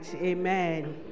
Amen